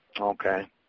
okay